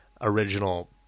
original